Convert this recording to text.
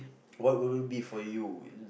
what would it be for you is